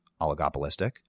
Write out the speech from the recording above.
oligopolistic